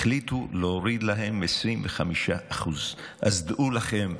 החליטו להוריד להם 25%. אז דעו לכם,